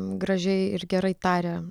gražiai ir gerai taria